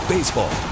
Baseball